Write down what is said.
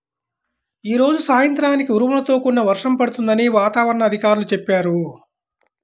యీ రోజు సాయంత్రానికి ఉరుములతో కూడిన వర్షం పడుతుందని వాతావరణ అధికారులు చెప్పారు